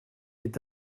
est